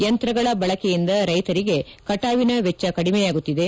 ಯಂತ್ರಗಳ ಬಳಕೆಯಿಂದ ರೈತರಿಗೆ ಕಟಾವಿನ ವೆಚ್ಚ ಕಡಿಮೆಯಾಗುತ್ತಿದೆ